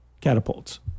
Catapults